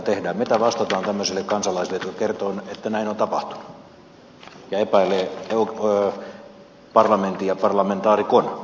mitä vastataan tämmöiselle kansalaiselle joka kertoo että näin on tapahtunut ja epäilee parlamentin ja parlamentaarikon moraalia